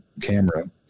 camera